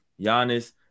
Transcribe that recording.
Giannis